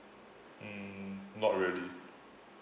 mm not really